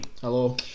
Hello